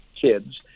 kids